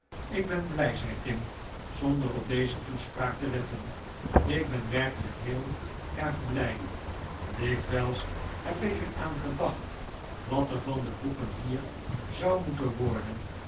ik ben blij zei tim zonder op deze toespraak te letten ik ben werkelijk heel erg blij dikwijls heb ik er aan gedacht wal er van de boeken hier zou moeten worden